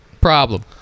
problem